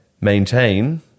maintain